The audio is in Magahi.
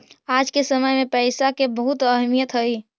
आज के समय में पईसा के बहुत अहमीयत हई